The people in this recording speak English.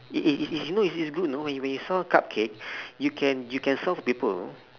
it it it's you know it's good you know when you serve cupcake you can you can sell to people you know